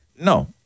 no